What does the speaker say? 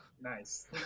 Nice